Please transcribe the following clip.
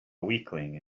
weakling